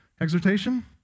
Exhortation